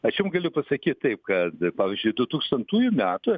aš jum galiu pasakyt taip kad pavyzdžiui dutūkstantųjų metų